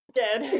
dead